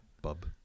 Bub